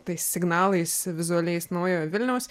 tais signalais vizualiais naujojo vilniaus